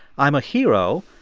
i'm a hero,